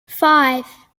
five